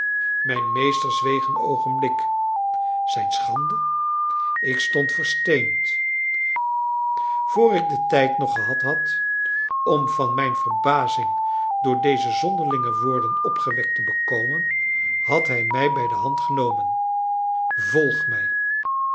mijn meester zweeg een oogenblik zijn schande ik stond versteend vr ik den tijd nog gehad had om van mijn verbazing door deze zonderlinge woorden opgewekt te bekomen had hij mij bij de hand genomen volg mij